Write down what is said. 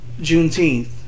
Juneteenth